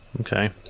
Okay